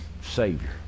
Savior